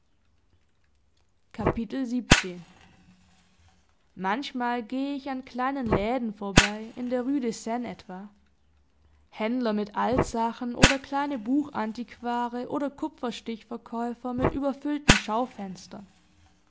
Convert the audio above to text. manchmal gehe ich an kleinen läden vorbei in der rue de seine etwa händler mit altsachen oder kleine buchantiquare oder kupferstichverkäufer mit überfüllten schaufenstern